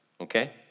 Okay